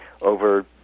over